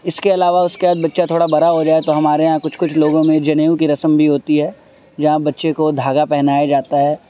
اس کے علاوہ اس کے بعد بچہ تھوڑا برا ہو جائے تو ہمارے یہاں کچھ کچھ لوگوں میں جنیو کی رسم بھی ہوتی ہے جہاں بچے کو دھاگا پہنایا جاتا ہے